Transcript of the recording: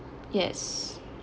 yes